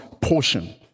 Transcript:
portion